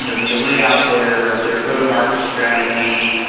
you know they lay out their their go-to market strategy.